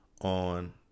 on